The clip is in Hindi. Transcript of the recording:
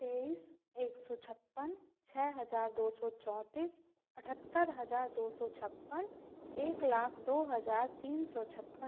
तेईस एक सौ छप्पन छः हज़ार दो सौ चौंतीस अठहत्तर हज़ार दो सौ छप्पन एक लाख दो हज़ार तीन सौ छप्पन